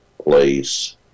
place